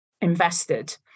invested